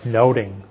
noting